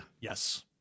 Yes